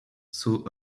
saw